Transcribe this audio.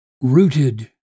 Rooted